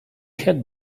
had